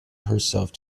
herself